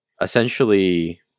essentially